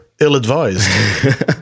ill-advised